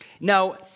Now